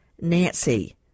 Nancy